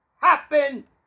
happen